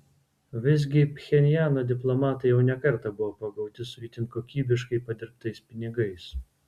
visgi pchenjano diplomatai jau ne kartą buvo pagauti su itin kokybiškai padirbtais pinigais